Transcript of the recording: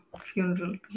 Funeral